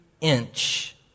inch